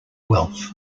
wealth